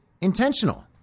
intentional